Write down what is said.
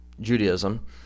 Judaism